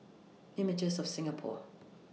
Images of Singapore